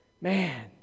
Man